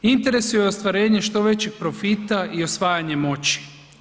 Interes joj je ostvarenje što većeg profita i osvajanje moći.